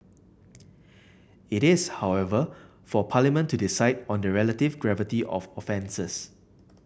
it is however for Parliament to decide on the relative gravity of offences